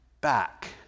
back